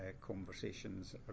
conversations